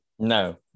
No